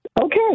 okay